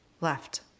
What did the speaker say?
left